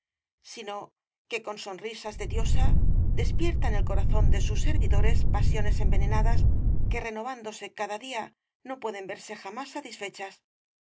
sino que con sonrisas de diosa despierta en el corazón de sus servidores pasiones envenenadas que renovándose cada día no pueden verse jamás satisfechas